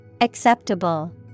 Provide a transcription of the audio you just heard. Acceptable